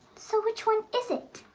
so which one is it?